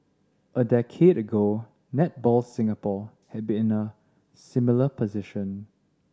a decade ago Netball Singapore had been in a similar position